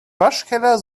waschkeller